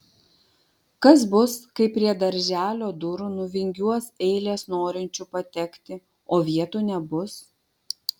kas bus kai prie darželio durų nuvingiuos eilės norinčių patekti o vietų nebus